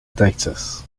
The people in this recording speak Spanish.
texas